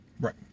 right